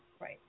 Right